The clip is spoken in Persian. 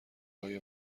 های